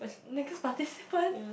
participant